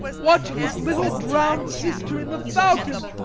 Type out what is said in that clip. watching his little drowned sister, in the fountain.